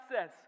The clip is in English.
says